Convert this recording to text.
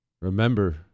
remember